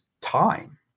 time